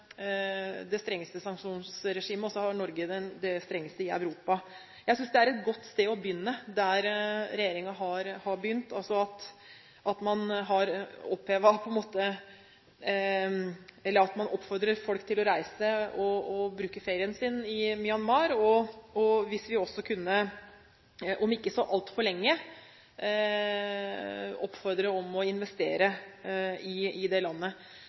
sanksjonsregimet, og så har Norge det strengeste i Europa. Jeg synes det er et godt sted å begynne der regjeringen har begynt, med at man oppfordrer folk til å reise til og bruke ferien sin i Myanmar. Kanskje kunne vi også om ikke så altfor lenge oppfordre til å investere i det landet. Vi ser det egentlig ut fra mange situasjoner i verden. Det